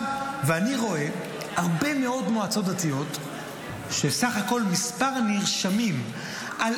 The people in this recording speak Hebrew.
אני רואה הרבה מאוד מועצות דתיות שסך הכול מספר הנרשמים בהן,